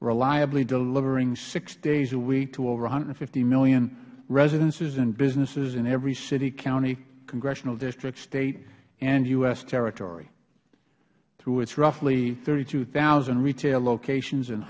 reliably delivering six days a week to over one hundred and fifty million residences and businesses in every city county congressional district state and u s territory through its roughly thirty two thousand retail locations and